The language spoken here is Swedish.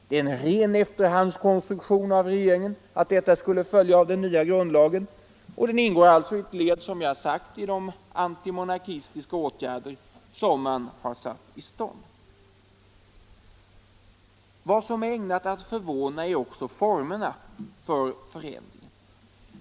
Det är en ren efterhandskonstruktion att detta skulle följa av den nya grundlagen, men det ingår alltså — som jag sagt — i det led av antimonarkistiska åtgärder som man har satt i gång. Vad som är ägnat att förvåna är också formerna för förändringen.